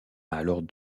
alors